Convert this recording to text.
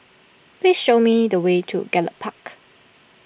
please show me the way to Gallop Park